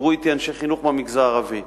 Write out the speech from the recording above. דיברו אתי אנשי חינוך מהמגזר הערבי,